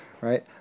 Right